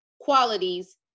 qualities